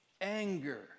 anger